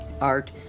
art